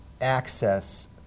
access